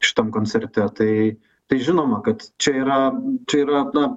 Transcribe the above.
šitam koncerte tai tai žinoma kad čia yra čia yra ta